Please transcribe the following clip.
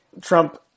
Trump